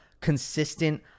consistent